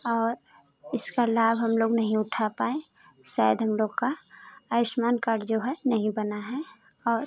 और इसका लाभ हम लोग नहीं उठा पाएँ शायद हम लोग का आयुष्मान कार्ड जो है नहीं बना है और